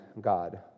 God